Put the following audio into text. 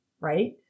Right